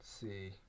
see